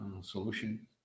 solution